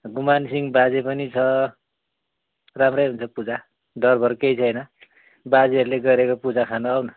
गुमान सिँह बाजे पनि छ राम्रै हुन्छ पूजा डरभर केही छैन बाजेहरूले गरेको पूजा खानु आउन